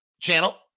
channel